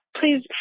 please